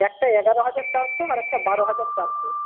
একটা এগারো হাজার চারশো আর একটা বারো হাজার চারশো